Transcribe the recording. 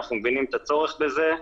אנחנו מבינים את הצורך בזה.